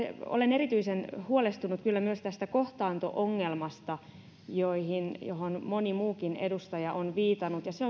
olen kyllä erityisen huolestunut myös tästä kohtaanto ongelmasta johon moni muukin edustaja on viitannut se